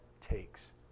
takes